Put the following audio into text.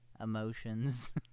emotions